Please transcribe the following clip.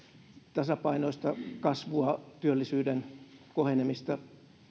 tasapainoista kasvua työllisyyden kohenemista